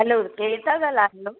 हलो केरु था ॻाल्हायो